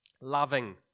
loving